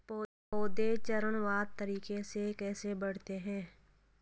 पौधे चरणबद्ध तरीके से कैसे बढ़ते हैं?